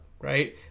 right